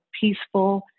peaceful